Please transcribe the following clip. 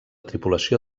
tripulació